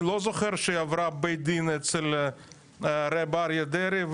אני לא זוכר שהיא עברה בית-דין אצל הרב אריה דרעי,